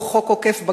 או חוק עוקף בג"ץ,